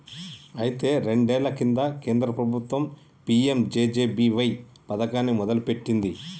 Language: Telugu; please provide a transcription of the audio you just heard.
అయితే రెండేళ్ల కింద కేంద్ర ప్రభుత్వం పీ.ఎం.జే.జే.బి.వై పథకాన్ని మొదలుపెట్టింది